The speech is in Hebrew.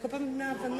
אפשר לקרוא לו "מסחרינה"?